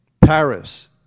Paris